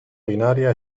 binaria